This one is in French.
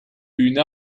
une